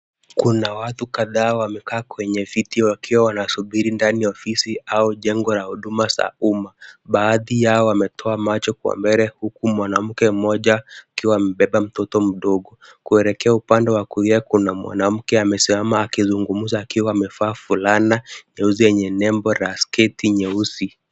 Kuna watu kadhaa wamekaa kwenye viti wakiwa wanasubiri ndani ya ofisi au jengo la huduma za umma. Baadhi yao wametoa macho kwa mbele huku mwanamke mmoja akiwa amebeba mtoto mdogo. Kuelekea upande wa kulia kuna mwanamke amesimama akizungumza akiwa amevaa fulani nyeusi yenye nembo na sketi nyeusi.